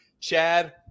Chad